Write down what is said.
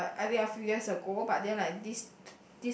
uh I think a few years ago but then like this